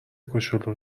کوچولو